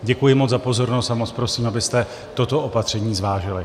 Děkuji moc za pozornost a moc prosím, abyste toto opatření zvážili.